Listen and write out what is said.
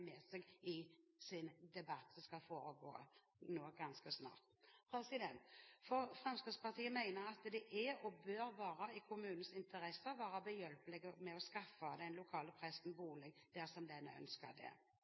med i debatten de skal ha ganske snart. Fremskrittspartiet mener det er, og bør være, i kommunens interesse å være behjelpelig med å skaffe den lokale presten bolig dersom denne ønsker det.